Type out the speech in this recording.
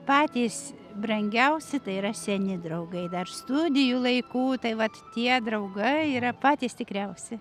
patys brangiausi tai yra seni draugai dar studijų laikų tai vat tie draugai yra patys tikriausi